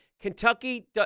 Kentucky